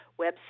website